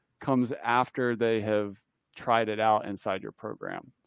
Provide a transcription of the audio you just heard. comes after they have tried it out inside your program.